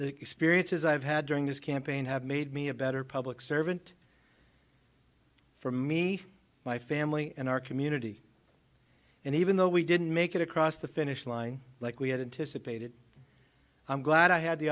the experiences i've had during this campaign have made me a better public servant for me my family and our community and even though we didn't make it across the finish line like we had anticipated i'm glad i had the